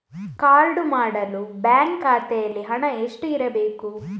Card ಮಾಡಲು bank ಖಾತೆಯಲ್ಲಿ ಹಣ ಎಷ್ಟು ಇರಬೇಕು?